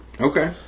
Okay